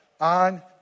on